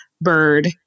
bird